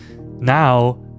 Now